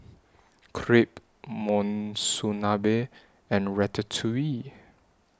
Crepe Monsunabe and Ratatouille